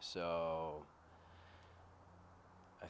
so i